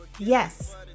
yes